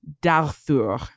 d'Arthur